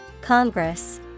Congress